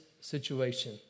situation